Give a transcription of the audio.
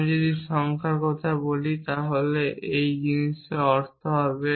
আমি যদি সংখ্যার কথা বলি তাহলে এক জিনিসের অর্থ হবে